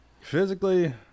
Physically